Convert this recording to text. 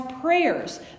prayers